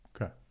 Okay